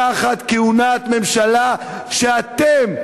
תחת כהונת ממשלה שאתם,